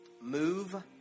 Move